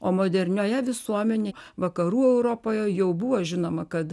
o modernioje visuomenėje vakarų europoje jau buvo žinoma kad